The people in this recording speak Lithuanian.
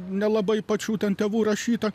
nelabai pačių ten tėvų rašyta